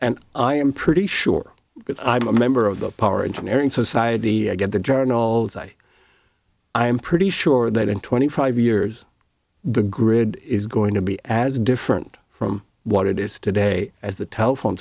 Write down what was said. and i am pretty sure i'm a member of the power engineering society i get the journals i i'm pretty sure that in twenty five years the grid is going to be as different from what it is today as the telephone